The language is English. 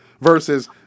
versus